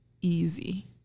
easy